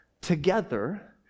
together